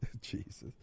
Jesus